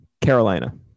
Carolina